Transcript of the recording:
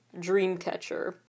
Dreamcatcher